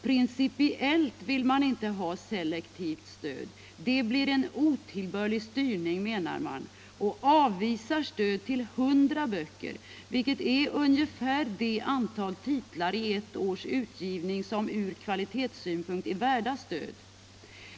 Principiellt vill man inte ha selektivt stöd — det blir en otillbörlig styrning, menar man — och avvisar stöd till 100 böcker, vilket är ungefär det antal titlar i ett års utgivning som ur kvalitetssynpunkt är värt stöd.